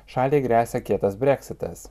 šaliai gresia kietas breksitas